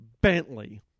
Bentley